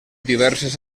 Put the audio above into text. diverses